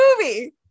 movie